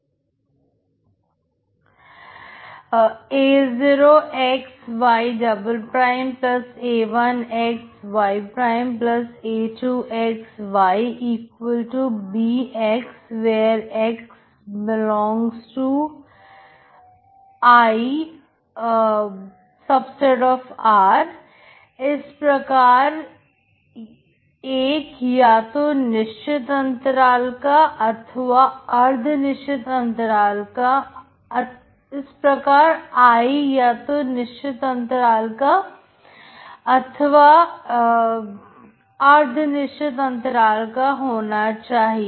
a0x ya1x ya2 xybx x∈ICR इस प्रकार I या तो निश्चित अंतराल का अथवा अर्ध निश्चित अंतराल का होना चाहिए